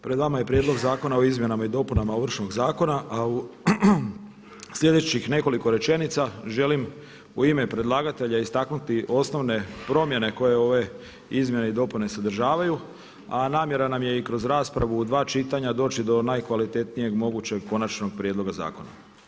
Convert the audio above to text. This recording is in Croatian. Pred vama je Prijedlog zakona o izmjenama i dopunama Ovršnog zakona, a u sljedećih nekoliko rečenica želim u ime predlagatelja istaknuti osnovne promjene koje ove izmjene i dopune sadržavaju, a namjera nam je i kroz raspravu u dva čitanja doći do najkvalitetnijeg mogućeg konačnog prijedloga zakona.